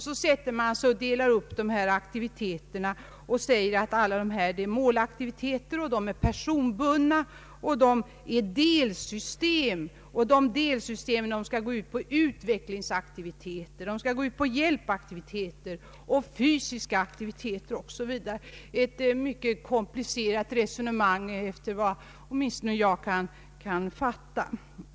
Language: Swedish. Så sätter man sig att dela upp dessa aktiviteter och säger att de är målbundna personaktiviteter. De är delsystem, som skall gå ut på utvecklingsaktiviteter, hjälpaktiviteter, fysiska aktiviteter o.s. v. Det är ett mycket komplicerat resonemang, åtminstone efter vad jag kan fatta.